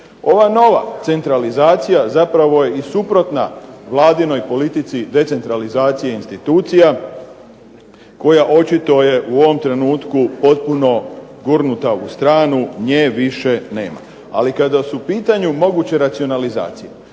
Ova nova centralizacija zapravo je suprotna vladinoj politici decentralizaciji institucija koja je očito u ovom trenutku potpuno gurnuta u stranu, nje više nema. Ali kada su u pitanju moguće racionalizacije,